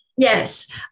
Yes